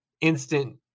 instant